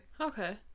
Okay